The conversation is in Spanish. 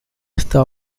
esta